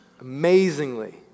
amazingly